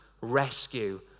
rescue